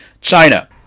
China